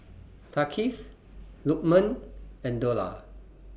Thaqif Lukman and Dollah